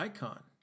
Icon